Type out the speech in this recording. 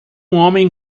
homem